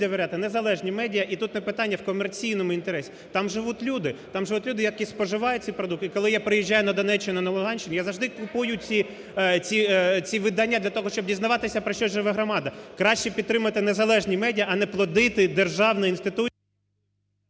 довіряти незалежні медіа, і тут не питання в комерційному інтересі. Там живуть люди. Там живуть люди, які споживають ці продукти. І, коли я приїжджаю на Донеччину, на Луганщину, я завжди купую ці видання для того, щоб дізнаватися про що живе громада, краще підтримати незалежні медіа, а не плодити державні інституції...